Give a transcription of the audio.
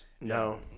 No